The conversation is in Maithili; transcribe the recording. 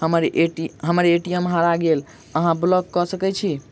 हम्मर ए.टी.एम हरा गेल की अहाँ ब्लॉक कऽ सकैत छी?